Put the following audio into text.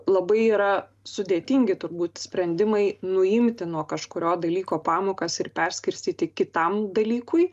labai yra sudėtingi turbūt sprendimai nuimti nuo kažkurio dalyko pamokas ir perskirstyti kitam dalykui